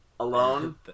Alone